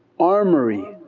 armoury,